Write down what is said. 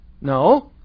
No